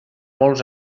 molts